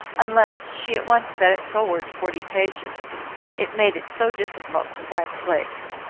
unless she at once set it forward forty pages it made it so difficult to find the place.